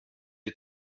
die